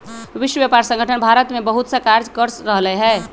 विश्व व्यापार संगठन भारत में बहुतसा कार्य कर रहले है